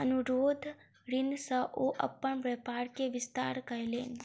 अनुरोध ऋण सॅ ओ अपन व्यापार के विस्तार कयलैन